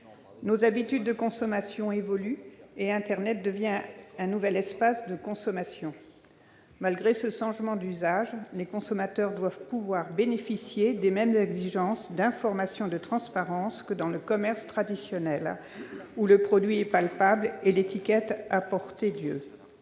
Nos habitudes de consommation évoluent et internet devient un nouvel espace de consommation. Malgré ce changement d'usage, les consommateurs doivent pouvoir bénéficier des mêmes exigences d'information et de transparence que dans le commerce traditionnel où le produit est palpable et l'étiquette, à portée des